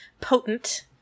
potent